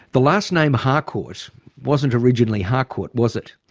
the last name harcourt wasn't originally harcourt was it?